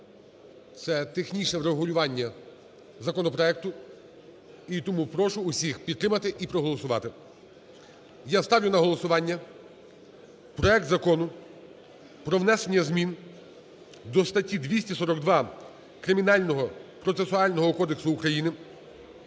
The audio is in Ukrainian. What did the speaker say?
Це технічне врегулювання законопроекту. І тому прошу всіх підтримати і проголосувати. Я ставлю на голосування проект Закону про внесення змін до статті 242 Кримінального процесуального кодексу України